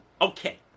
okay